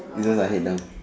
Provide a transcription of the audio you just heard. because I hate them